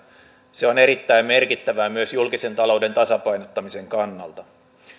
se on erittäin merkittävää myös julkisen talouden tasapainottamisen kannalta